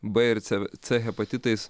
b ir c c hepatitais